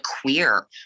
queer